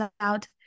out